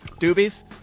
Doobies